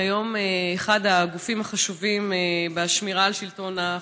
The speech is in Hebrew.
היא היום אחד הגופים החשובים בשמירה על שלטון החוק.